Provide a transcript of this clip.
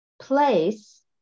place